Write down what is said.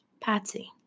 Patsy